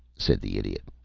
said the idiot.